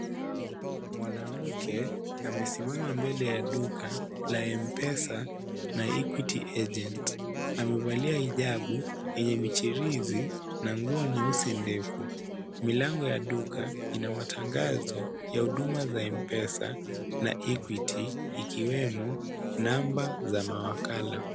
Mwanamke amesimama mbele ya duka la Mpesa na equity agent, na amevalia hijabu yenye michirizi na nguo nyeusi ndefu. Milango ya duka ina matangazo ya huduma za mpesa na equity zikiwemo namba za mawakala.